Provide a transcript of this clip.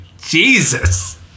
Jesus